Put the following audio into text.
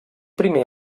primer